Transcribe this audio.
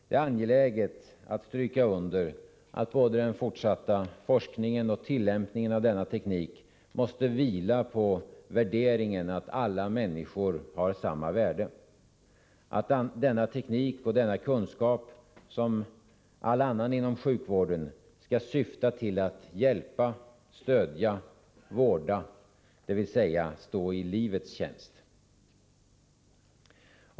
Det är angeläget att stryka under att såväl fortsatt forskning som tillämpning av denna teknik måste vila på värderingen att alla människor har samma värde, och att denna teknik och denna kunskap som allt annat inom sjukvården skall syfta till att hjälpa, stödja och vårda, dvs. stå i livets tjänst.